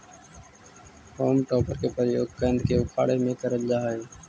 home टॉपर के प्रयोग कन्द के उखाड़े में करल जा हई